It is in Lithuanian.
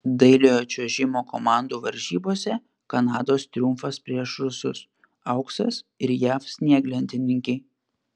dailiojo čiuožimo komandų varžybose kanados triumfas prieš rusus auksas ir jav snieglentininkei